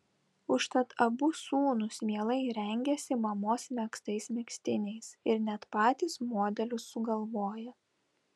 užtat abu sūnūs mielai rengiasi mamos megztais megztiniais ir net patys modelius sugalvoja